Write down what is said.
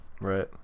right